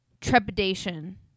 trepidation